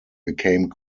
became